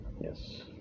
Yes